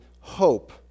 hope